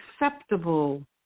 acceptable